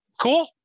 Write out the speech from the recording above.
cool